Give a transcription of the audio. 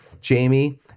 Jamie